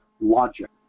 logic